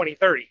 2030